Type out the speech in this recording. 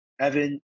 Evan